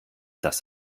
das